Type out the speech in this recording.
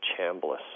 Chambliss